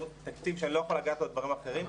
תקציב שאני לא יכול לגעת בו לדברים אחרים,